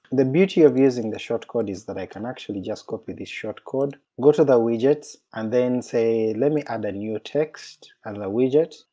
the beauty of using the short code is that i can actually just copy this short code, go to the widgets and then say let me add a new text and as a widget,